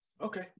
Okay